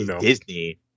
Disney